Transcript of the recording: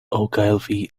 ogilvy